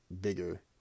bigger